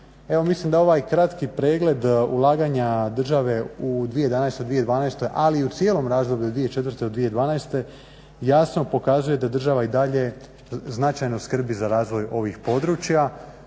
mislim da ovaj kratki pregled ulaganja države u 2011., 2012.ali i u cijelom razdoblju od 2004.do 2012.jasno pokazuje da država i dalje značajno skrbi za razvoj ovih područja.